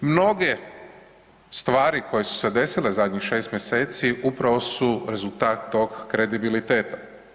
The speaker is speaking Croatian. Mnoge stvari koje su se desile zadnjih 6 mj. upravo su rezultat tog kredibiliteta.